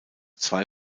zwei